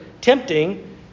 tempting